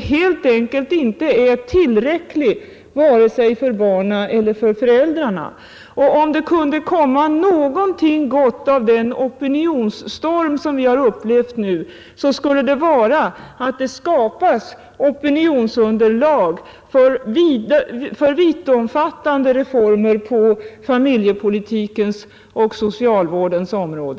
helt enkelt inte är tillräcklig i dagens samhälle vare sig för barnen eller för föräldrarna. Om det kan komma något gott av den opinionsstorm som vi nu upplever, bör det vara att det skapas opinionsunderlag för vittomfattande reformer på familjepolitikens och socialvårdens område.